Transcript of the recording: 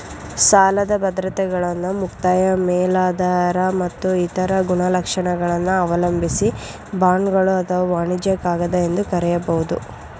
ಸಾಲದ ಬದ್ರತೆಗಳನ್ನ ಮುಕ್ತಾಯ ಮೇಲಾಧಾರ ಮತ್ತು ಇತರ ಗುಣಲಕ್ಷಣಗಳನ್ನ ಅವಲಂಬಿಸಿ ಬಾಂಡ್ಗಳು ಅಥವಾ ವಾಣಿಜ್ಯ ಕಾಗದ ಎಂದು ಕರೆಯಬಹುದು